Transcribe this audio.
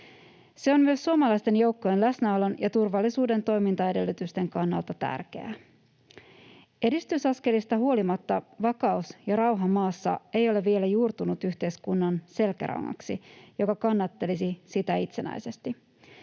Se on myös suomalaisten joukkojen läsnäolon ja turvallisuuden toimintaedellytysten kannalta tärkeää. Edistysaskelista huolimatta vakaus ja rauha maassa eivät ole vielä juurtuneet yhteiskunnan selkärangaksi, joka kannattelisi sitä itsenäisesti.